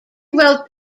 wrote